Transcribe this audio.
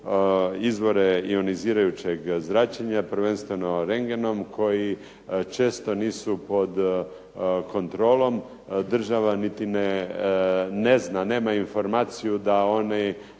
izvore ionizirajućeg zračenja posebno rendgenom koji često nisu pod kontrolom, država niti ne zna, nema informaciju da oni